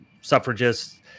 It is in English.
suffragists